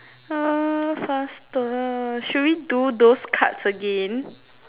oh faster should we do those cards again